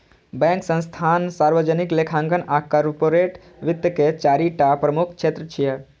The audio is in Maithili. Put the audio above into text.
बैंक, संस्थान, सार्वजनिक लेखांकन आ कॉरपोरेट वित्त के चारि टा प्रमुख क्षेत्र छियै